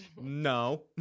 No